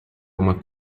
uma